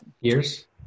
years